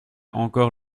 encore